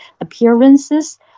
appearances